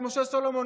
את משה סולומון,